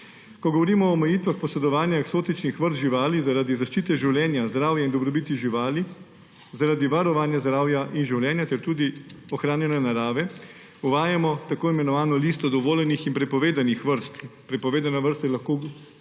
Ko govorimo o omejitvah posedovanja eksotičnih vrst živali zaradi zaščite življenja, zdravja in dobrobiti živali, zaradi varovanja zdravja in življenja ter tudi ohranjanja narave, uvajamo tako imenovano listo dovoljenih in prepovedanih vrst. Prepovedane vrste lahko vseeno